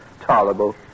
Tolerable